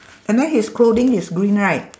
and then his clothing is green right